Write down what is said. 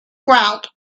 grout